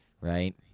right